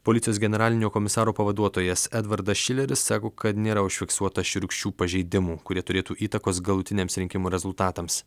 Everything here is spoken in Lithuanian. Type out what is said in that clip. policijos generalinio komisaro pavaduotojas edvardas šileris sako kad nėra užfiksuota šiurkščių pažeidimų kurie turėtų įtakos galutiniams rinkimų rezultatams